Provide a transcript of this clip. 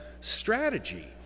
strategy